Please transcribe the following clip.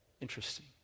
Interesting